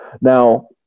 Now